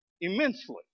immensely